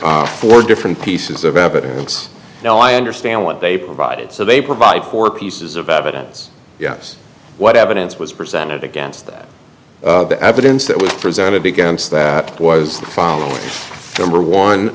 provided four different pieces of evidence now i understand what they provided so they provide four pieces of evidence yes what evidence was presented against that the evidence that was presented against that was the final number one